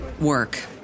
work